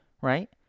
right